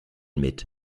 mit